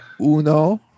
Uno